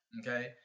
Okay